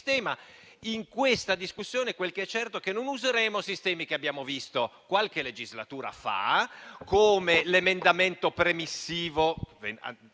è certo è che non useremo sistemi che abbiamo visto qualche legislatura fa, come l'emendamento premissivo,